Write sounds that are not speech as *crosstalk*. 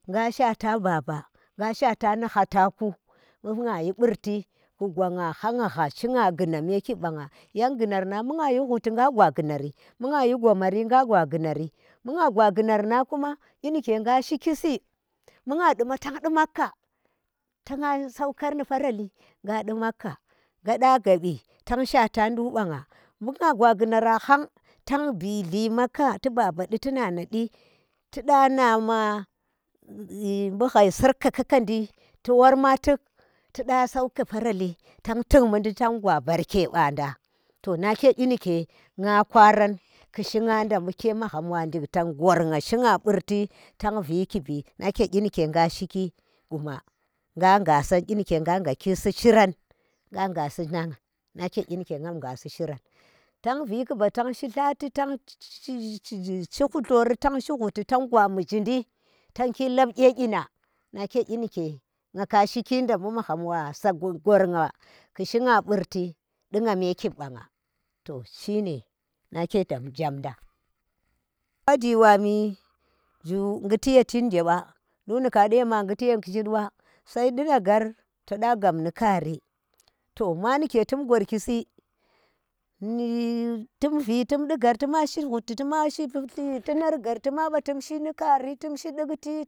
Nga shaata baba nga shaa ta ni hlataku bu gyanyi bu rti ku gwanga hauga hha shinga ngunar me kib banga, yan, gunar nang bu gha shi huti nga gwa guna ri, bi ngyai gomar nga gwa guna ri bu nga gwa guna nan kuma gyi nike nga shiki si, bu nga du ma tang ndi macca ta nguyi saukan ni faralli, ngandi macca nya da gabi tan shaata nduk bangabu nga gwa gunara hang tang bihli macca tu baba di tu nana di tida nga ma bu harni tsarkaka di tu wurma tuk tuda sauka faralli, tang tik mudi tang gwa barke bunda to nake nyi nike nga kwaran ku shi nga nda buke maghan wa diktinga gornga shinga burti tang vi kibi nake gyi nike nga shiki guna nga ghasan nyi nike nga ngasi shiran nga ngasi nang nake nyi ni ke nangasi shiran. Tang vi kiba tang shi tlati tang *hesitation* shi shi khutori tag shihuti tang gwa mi shindi tang lab gye nyi na, nake nyi nike nga ka shiki nda bu magham ku gornga ku shinga burti ndi nga me ki banga to shi ne, nake da bu jamdang aji wami zhu ghuti ye shir nge wa nduk nuka ndi yama nguti ye shit sai ndina ghar, to da gabni kari to maa nike tum ghorkisi, ni tim vi tu di ghar tuma shi hhuti tima shi thlunar ghar tim shi ndi kari tum shi nhuti.